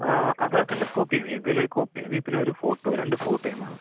ആധാർ കാഡിൻ്റെ കോപ്പി മതി എന്തേലുമൊരു കോപ്പി മതി പിന്നൊരു ഫോട്ടൊ രണ്ട് ഫോട്ടോയും വേണം